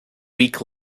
week